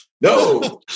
No